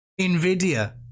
Nvidia